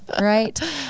Right